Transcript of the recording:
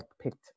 picked